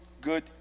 good